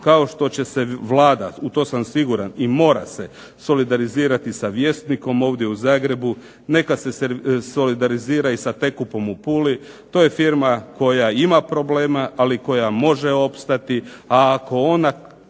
kao što će se Vlada, u to sam siguran, i mora se solidarizirati sa Vjesnikom ovdje u Zagrebu, neka se solidarizira i sa Tekopom u Puli. To je firma koja ima problema, ali koja može opstati, a ako ona